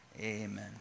Amen